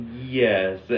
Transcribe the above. Yes